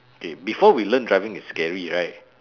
okay before we learn driving it's scary right